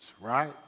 right